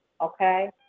Okay